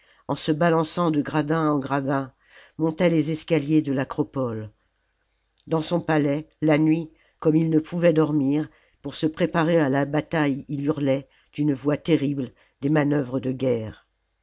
en se balançant de gradin en gradin montait les escaliers de l'acropole dans son palais la nuit comme il ne prouvait dormir pour se préparer à la bataille il hurlait d'une voix terrible des manœuvres de guerre